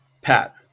Pat